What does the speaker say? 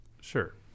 Sure